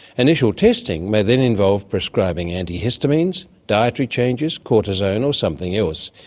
initial testing may then involve prescribing antihistamines, dietary changes, cortisone or something else,